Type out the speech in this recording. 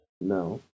No